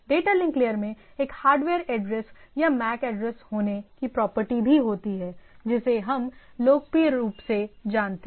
data link layer में एक hardware address या मैक एड्रेस होने की प्रॉपर्टी भी होती है जिसे हम लोकप्रिय रूप से जानते हैं